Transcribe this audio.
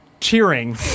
cheering